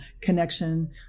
connection